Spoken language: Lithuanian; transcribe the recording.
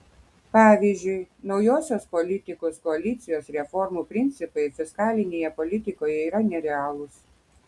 pavyzdžiui naujosios politikos koalicijos reformų principai fiskalinėje politikoje yra nerealūs